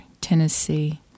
Tennessee